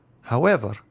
However